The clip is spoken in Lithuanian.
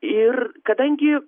ir kadangi